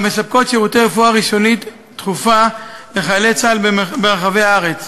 המספקות שירותי רפואה ראשונית דחופה לחיילי צה"ל ברחבי הארץ,